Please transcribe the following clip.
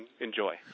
enjoy